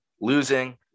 losing